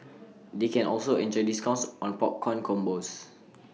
they can also enjoy discounts on popcorn combos